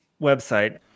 website